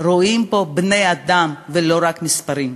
רואים פה בני-אדם, ולא רק מספרים.